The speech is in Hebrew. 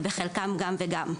ובחלקן גם וגם,